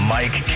Mike